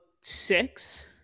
six